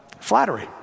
flattery